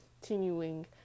continuing